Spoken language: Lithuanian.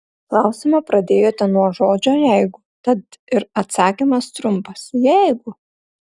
klausimą pradėjote nuo žodžio jeigu tad ir atsakymas trumpas jeigu